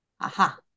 Aha